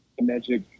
magic